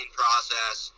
process